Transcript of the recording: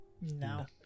No